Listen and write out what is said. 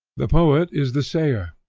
the poet is the sayer,